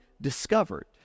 discovered